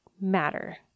matter